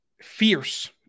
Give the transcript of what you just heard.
fierce